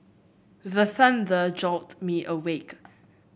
the thunder jolt me awake